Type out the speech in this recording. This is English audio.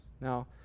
Now